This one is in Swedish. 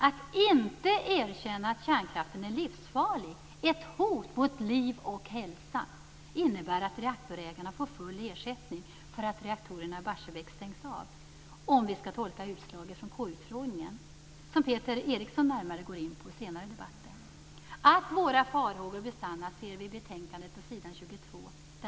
Att inte erkänna att kärnkraften är livsfarlig och ett hot mot liv och hälsa innebär att reaktorägarna får full ersättning för att reaktorerna i Barsebäck stängs av - vid en tolkning av utslaget från KU-utfrågningen, vilket Peter Eriksson senare i debatten skall gå närmare in på. Vi kan se i betänkandet på s. 22 att våra farhågor kommer att besannas.